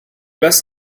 best